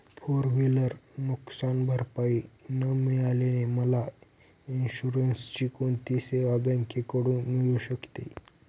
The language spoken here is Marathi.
फोर व्हिलर नुकसानभरपाई न मिळाल्याने मला इन्शुरन्सची कोणती सेवा बँकेकडून मिळू शकते?